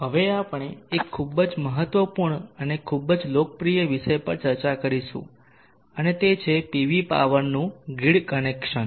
હવે આપણે એક ખૂબ જ મહત્વપૂર્ણ અને ખૂબ જ લોકપ્રિય વિષય પર ચર્ચા કરીશું અને તે છે પીવી પાવરનું ગ્રીડ કનેક્શન